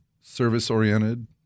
service-oriented